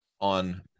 on